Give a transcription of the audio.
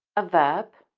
a verb,